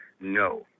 No